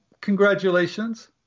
congratulations